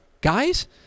Guys